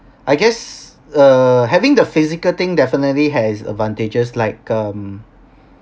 I guess err having the physical thing definitely has advantages like um